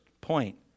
point